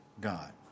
God